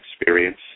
experience